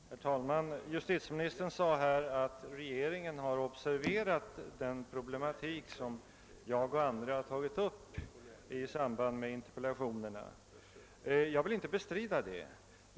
Herr talman! Justitieministern sade att regeringen har observerat den problematik som jag och andra tagit upp i interpellationer. Jag vill inte bestrida det.